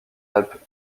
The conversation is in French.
alpes